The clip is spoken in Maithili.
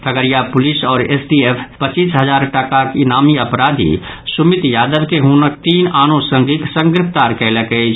खगड़िया पुलिस आओर एसटीएफ पच्चीस हजार टाकाक ईनामी अपराधी सुमीत यादव के हुनक तीन आनो संगिक संग गिरफ्तार कयलक अछि